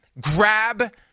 grab